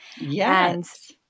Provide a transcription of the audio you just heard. Yes